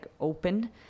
open